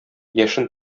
яшен